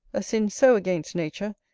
a sin so against nature,